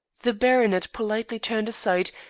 the baronet politely turned aside,